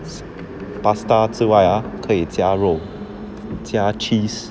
pasta 之外 ah 可以加肉加 cheese